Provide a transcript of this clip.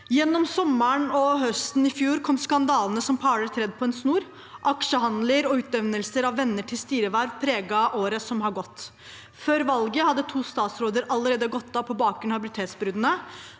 Gjennom sommeren og høsten i fjor kom skandalene som perler på en snor. Aksjehandler og utnevnelse av venner til styreverv preget året som har gått. Før valget hadde to statsråder allerede gått av på bakgrunn av habilitetsbrudd.